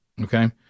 okay